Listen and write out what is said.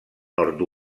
nord